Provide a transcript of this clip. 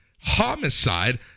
Homicide